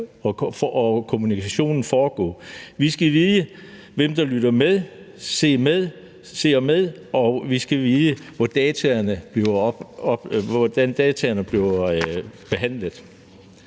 hvor kommunikationen foregår. Vi skal vide, hvem der lytter med, hvem der ser med, og vi skal vide, hvordan dataene bliver behandlet.